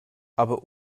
aber